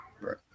Right